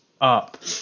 up